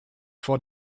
vor